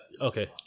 Okay